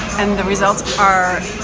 and the results are.